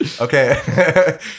Okay